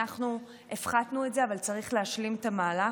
אנחנו הפחתנו את זה, אבל צריך להשלים את המהלך,